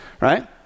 right